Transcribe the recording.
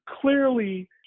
clearly